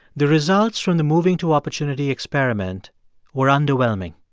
the results from the moving to opportunity experiment were underwhelming.